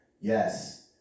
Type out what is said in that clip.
Yes